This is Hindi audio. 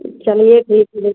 चलिए ठीक है